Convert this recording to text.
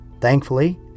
Thankfully